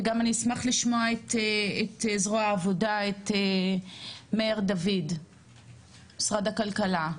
ואני אשמח גם לשמוע את זרוע העבודה של משרד הכלכלה,